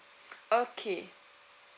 okay